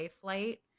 flight